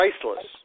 Priceless